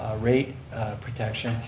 rate protection,